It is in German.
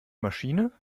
maschine